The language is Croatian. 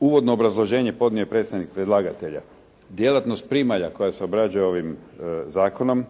Uvodno obrazloženje podnio je predstavnik predlagatelja. Djelatnost primalja koja se obrađuje ovim zakonom